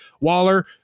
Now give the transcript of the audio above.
Waller